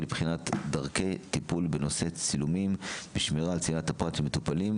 לבחינת דרכי טיפול בנושא צילומים ושמירה על צנעת הפרט של מטופלים,